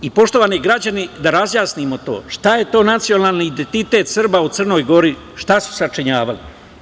Poštovani građani, da razjasnimo to, šta je to nacionalni identitet Srba u Crnoj Gori, šta su sačinjavali?